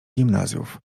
gimnazjów